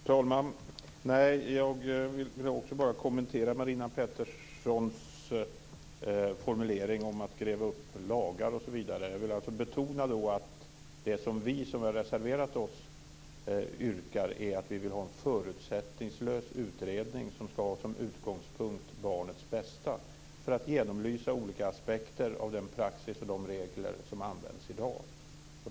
Fru talman! Jag vill också bara kommentera Marina Petterssons formulering om att gräva upp gravar. Jag vill betona att det som vi som har reserverat oss yrkar är att vi vill ha en förutsättningslös utredning som skall ha barnets bästa som utgångspunkt för att genomlysa olika aspekter av den praxis och de regler som används i dag.